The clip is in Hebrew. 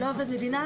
לא, לא עובד מדינה.